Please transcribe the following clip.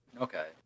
Okay